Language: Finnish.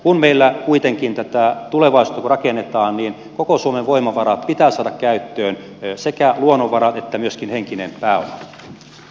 kun meillä kuitenkin tätä tulevaisuutta rakennetaan niin koko suomen voimavarat pitää saada käyttöön sekä luonnonvarat että myöskin henkinen pääoma